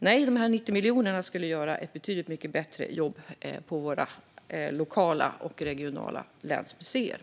Nej, de 90 miljonerna skulle göra ett betydligt mycket bättre jobb på våra lokala museer och de regionala länsmuseerna.